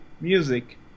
music